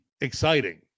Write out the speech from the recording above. exciting